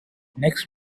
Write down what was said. next